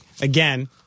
again